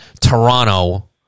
Toronto